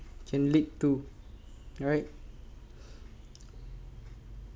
can lead to alright